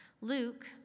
Luke